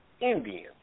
Indian